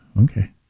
Okay